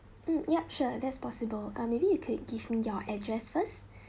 mm yup sure that's possible uh maybe you can give me your address first